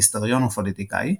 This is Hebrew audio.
היסטוריון ופוליטיקאי,